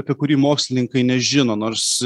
apie kurį mokslininkai nežino nors